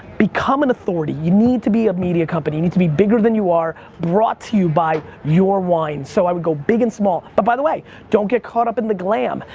become an authority, you need to be a media company. you need to be bigger than you are brought to you by your wine, so i would go big and small. but by the way, don't get caught up in the glam.